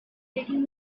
taking